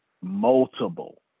multiple